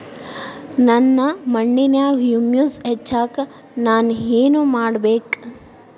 ನನ್ನ ಮಣ್ಣಿನ್ಯಾಗ್ ಹುಮ್ಯೂಸ್ ಹೆಚ್ಚಾಕ್ ನಾನ್ ಏನು ಮಾಡ್ಬೇಕ್?